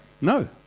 No